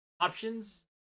Options